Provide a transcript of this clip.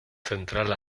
central